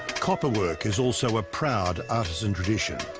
copper work is also a proud artisan tradition